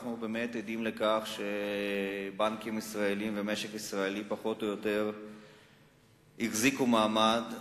אנחנו עדים לכך שהבנקים בישראל והמשק הישראלי פחות או יותר החזיקו מעמד,